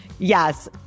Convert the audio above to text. Yes